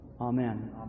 Amen